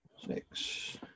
Six